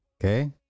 Okay